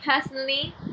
personally